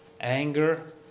Anger